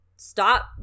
Stop